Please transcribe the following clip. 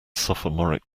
sophomoric